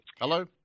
Hello